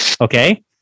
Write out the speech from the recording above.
okay